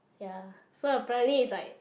ya so apparently it's like